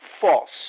False